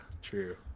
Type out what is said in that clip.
True